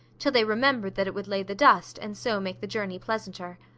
till they remembered that it would lay the dust, and so make the journey pleasanter.